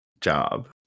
job